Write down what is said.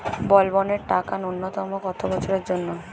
বলবনের টাকা ন্যূনতম কত বছরের জন্য?